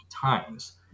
times